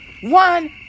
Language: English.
one